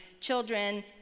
children